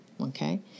Okay